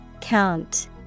Count